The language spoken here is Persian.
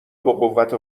بقوت